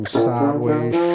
sideways